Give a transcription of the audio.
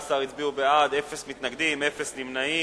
18 הצביעו בעד, אין מתנגדים, אין נמנעים.